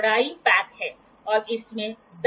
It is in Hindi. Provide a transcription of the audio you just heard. स्पिरिट लेवल एक बेसिक बबल इंस्ट्रूमेंट है